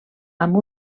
amb